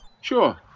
Sure